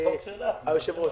אדוני היושב-ראש,